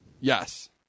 Yes